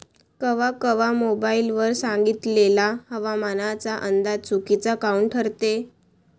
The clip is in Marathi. कवा कवा मोबाईल वर सांगितलेला हवामानाचा अंदाज चुकीचा काऊन ठरते?